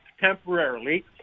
temporarily